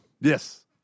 Yes